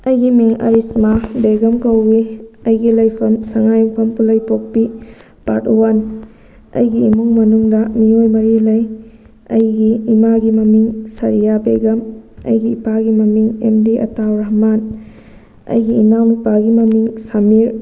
ꯑꯩꯒꯤ ꯃꯤꯡ ꯑꯔꯤꯁꯃꯥ ꯕꯦꯒꯝ ꯀꯧꯋꯤ ꯑꯩꯒꯤ ꯂꯩꯐꯝ ꯁꯉꯥꯏꯌꯨꯝꯐꯝ ꯄꯨꯜꯂꯩ ꯄꯣꯛꯄꯤ ꯄꯥꯔꯠ ꯋꯥꯟ ꯑꯩꯒꯤ ꯏꯃꯨꯡ ꯃꯅꯨꯡꯗ ꯃꯤꯑꯣꯏ ꯃꯔꯤ ꯂꯩ ꯑꯩꯒꯤ ꯏꯃꯥꯒꯤ ꯃꯃꯤꯡ ꯁꯔꯤꯌꯥ ꯕꯦꯒꯝ ꯑꯩꯒꯤ ꯏꯄꯥꯒꯤ ꯃꯃꯤꯡ ꯑꯦꯝꯗꯤ ꯑꯇꯥꯎ ꯔꯍꯥꯃꯥꯟ ꯑꯩꯒꯤ ꯏꯅꯥꯎꯅꯨꯄꯥꯒꯤ ꯃꯃꯤꯡ ꯁꯥꯃꯤꯔ